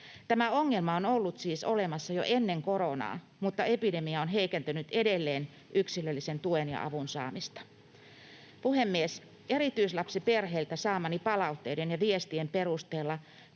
Tämä ongelma on ollut siis olemassa jo ennen koronaa, mutta epidemia on heikentänyt edelleen yksilöllisen tuen ja avun saamista. Puhemies! Erityislapsiperheiltä saamieni palautteiden ja viestien perusteella